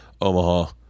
Omaha